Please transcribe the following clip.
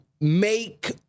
make